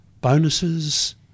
bonuses